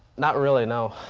not really, no.